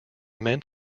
meant